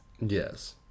Yes